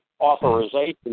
Authorization